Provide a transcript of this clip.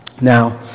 Now